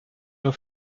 nur